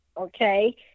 okay